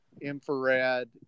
infrared